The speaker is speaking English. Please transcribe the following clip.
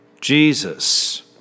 Jesus